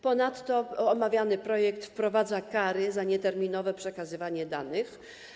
Ponadto omawiany projekt wprowadza kary za nieterminowe przekazywanie danych.